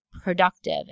productive